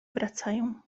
wracają